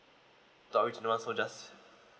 the original one so just